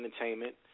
entertainment